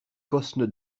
cosne